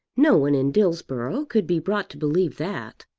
no one in dillsborough could be brought to believe that.